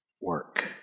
work